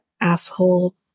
asshole